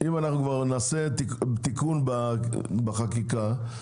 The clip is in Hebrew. כבר נעשה תיקון בחקיקה,